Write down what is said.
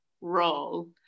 role